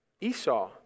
Esau